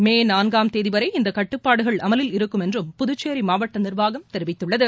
மே நான்காம் தேதிவரை இந்த கட்டுப்பாடுகள் அமலில் இருக்கும் என்று புதுச்சேரி மாவட்ட நிர்வாகம் தெரிவித்துள்ளது